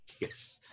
yes